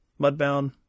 Mudbound